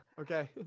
okay